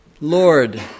Lord